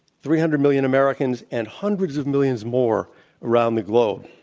three hundred million americans and hundreds of millions more around the globe.